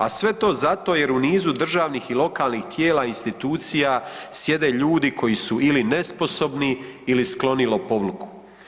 A sve to zato jer u nizu državnih i lokalnih tijela institucija sjede ljudi koji su ili nesposobni ili skloni lopovluku.